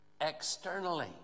externally